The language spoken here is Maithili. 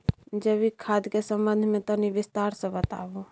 जैविक खाद के संबंध मे तनि विस्तार स बताबू?